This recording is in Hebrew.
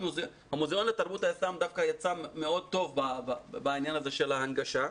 המוזיאון לתרבות האסלאם דווקא יצא מאוד טוב בעניין הזה של ההנגשה.